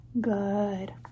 Good